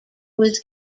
was